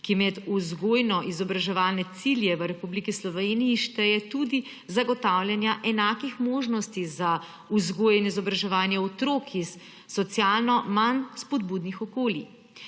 ki med vzgojno-izobraževalne cilje v Republiki Sloveniji šteje tudi zagotavljanje enakih možnosti za vzgojo in izobraževanje otrok iz socialno manj spodbudnih okolij.